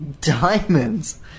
Diamonds